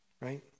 right